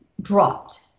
dropped